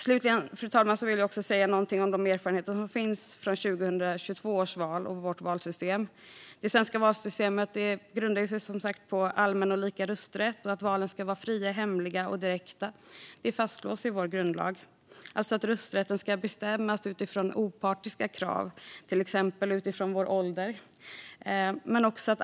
Slutligen, fru talman, vill jag säga något om de erfarenheter som finns från 2022 års val och vårt valsystem. Det svenska valsystemet grundar sig som sagt på allmän och lika rösträtt och att valen ska vara fria, hemliga och direkta. Det fastslås i vår grundlag. Rösträtten bestäms utifrån opartiska krav, till exempel ålder.